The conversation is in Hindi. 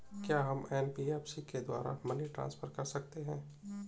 क्या हम एन.बी.एफ.सी के द्वारा मनी ट्रांसफर कर सकते हैं?